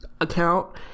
account